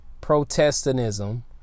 Protestantism